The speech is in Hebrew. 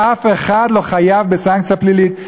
שאף אחד לא חייב בסנקציה פלילית.